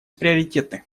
приоритетных